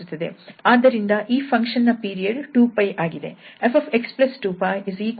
ಆದ್ದರಿಂದ ಈ ಫಂಕ್ಷನ್ ನ ಪೀರಿಯಡ್ 2𝜋 ಆಗಿದೆ